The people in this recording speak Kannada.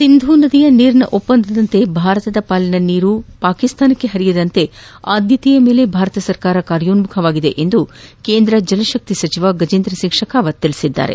ಸಿಂಧು ನದಿ ನೀರಿನ ಒಪ್ಪಂದಂತೆ ಭಾರತದ ಪಾಲಿನ ನೀರು ಪಾಕಿಸ್ತಾನಕ್ಕೆ ಹರಿಯದಂತೆ ಆದ್ಯತೆಯ ಮೇಲೆ ಭಾರತ ಸರ್ಕಾರ ಕಾರ್ಯೋನ್ಮುಖವಾಗಿದೆ ಎಂದು ಕೇಂದ್ರ ಜಲಶಕ್ತಿ ಸಚಿವ ಗಜೇಂದ್ರಸಿಂಗ್ ಶೆಖಾವತ್ ತಿಳಿಸಿದ್ದಾರೆ